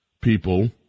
people